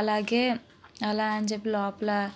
అలాగే అలా అని చెప్పి లోపల